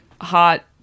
hot